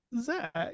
Zach